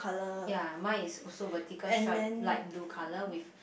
ya mine is also vertical stripe light blue colour with